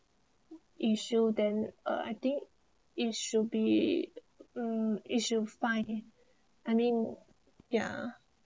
issue then uh I think it should be um it should find I mean yeah